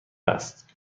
است